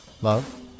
Love